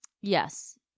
Yes